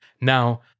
Now